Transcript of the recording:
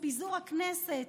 פיזור הכנסת,